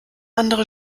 andere